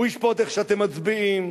הוא ישפוט איך אתם מצביעים,